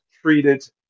treated